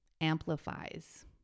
amplifies